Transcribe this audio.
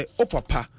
opapa